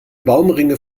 baumringe